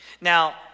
Now